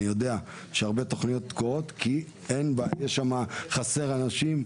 אני יודע שהרבה תוכניות תקועות כי חסר אנשים.